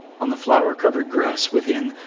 on the flower-covered grass within,